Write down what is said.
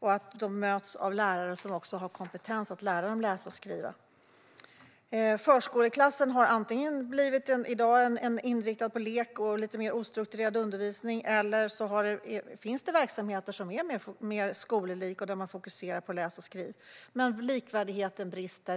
och att de ska mötas av lärare som har kompetens att lära dem läsa och skriva. Förskoleklassen har på en del ställen en inriktning på lek och på lite mer ostrukturerad undervisning. På andra ställen finns det verksamheter som är mer skollika, där man fokuserar på att läsa och skriva. Men likvärdigheten brister.